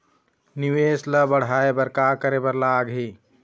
निवेश ला बढ़ाय बर का करे बर लगही?